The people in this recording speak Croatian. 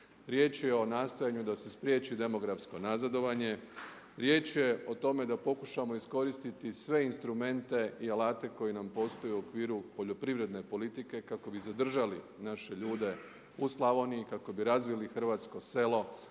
Riječ je o nastojanju da se spriječi demografsko nazadovanje, riječ je o tome da pokušamo iskoristiti sve instrumente i alate koji nam postoje u okviru poljoprivredne politike kako bi zadržali naše ljude u Slavoniji, kako bi razvili hrvatsko selo,